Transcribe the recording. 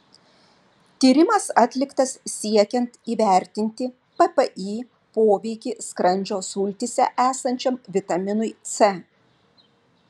tyrimas atliktas siekiant įvertinti ppi poveikį skrandžio sultyse esančiam vitaminui c